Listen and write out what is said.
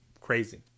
Crazy